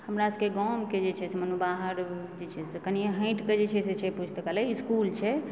हमरा सबके गाँवके जे छै से मने बाहर जे छै से कनिए हटिके जे छै से पुस्तकालय इसकुल छै